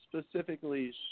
specifically